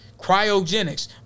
Cryogenics